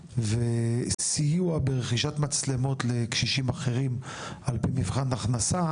וסיוע ברכישת מצלמות לקשישים אחרים על פי מבחן הכנסה,